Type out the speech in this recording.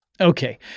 Okay